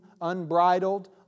unbridled